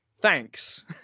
Thanks